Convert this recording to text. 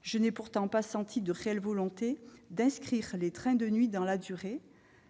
je n'ai pas senti de réelle volonté d'inscrire les trains de nuit dans la durée,